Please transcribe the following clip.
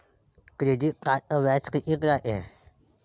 Credit कार्डचं व्याज कितीक रायते?